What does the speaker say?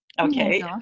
Okay